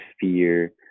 fear